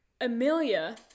Amelia